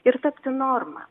ir tapti norma